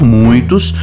muitos